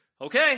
okay